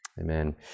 Amen